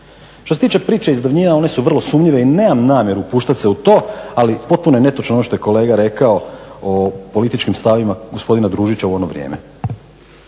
Što se tiče priče iz davnina one su vrlo sumnjive i nemam namjeru upuštati se u to, ali potpuno je netočno ono što je kolega rekao o političkim stavovima gospodina Družića u ono vrijeme.